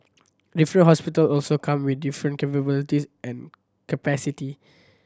different hospital also come with different capabilities and capacity